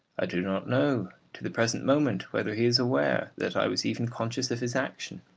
i do not know to the present moment whether he is aware that i was even conscious of his action.